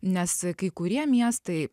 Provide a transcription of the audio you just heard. nes kai kurie miestai